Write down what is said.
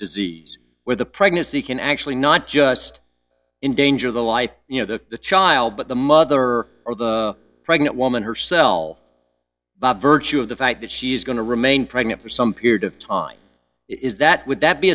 disease where the pregnancy can actually not just in danger the life you know the the child but the mother or the pregnant woman herself by virtue of the fact that she is going to remain pregnant for some period of time is that would that be